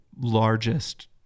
largest